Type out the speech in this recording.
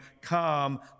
come